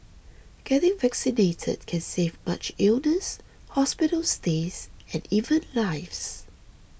getting vaccinated can save much illness hospital stays and even lives